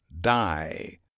die